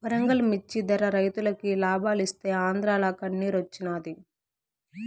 వరంగల్ మిచ్చి ధర రైతులకి లాబాలిస్తీ ఆంద్రాల కన్నిరోచ్చినాది